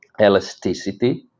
elasticity